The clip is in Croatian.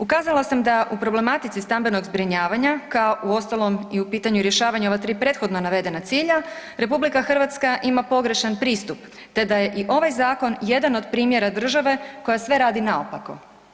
Ukazala sam da u problematici stambenog zbrinjavanja, kao uostalom i u pitanju rješavanja ova prethodna navedena cilja, RH ima pogrešan pristup te da je i ovaj zakon jedan od primjera države koja sve radi naopako.